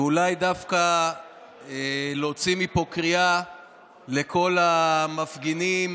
אולי דווקא להוציא מפה קריאה לכל המפגינים